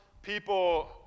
People